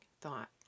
thought